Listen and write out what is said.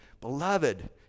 beloved